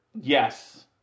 Yes